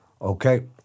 okay